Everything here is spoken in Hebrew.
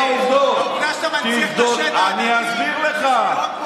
אני רוצה להגיד לך,